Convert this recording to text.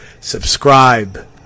subscribe